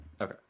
Okay